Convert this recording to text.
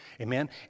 Amen